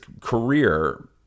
career